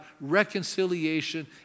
reconciliation